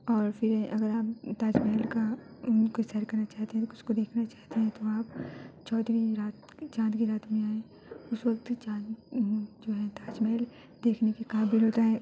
اور پھر اگر آپ تاج محل کا کوئی سیر کرنا چاہتے ہیں اس کو دیکھنا چاہتے ہیں تو آپ چودہویں رات چاند کی رات میں اس وقت چاند جو ہے تاج محل دیکھنے کے قابل ہوتا ہے